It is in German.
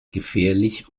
gefährlich